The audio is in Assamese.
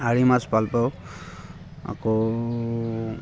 আৰি মাছ ভাল পাওঁ আকৌ